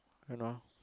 kind of